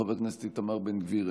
חבר הכנסת איתמר בן גביר,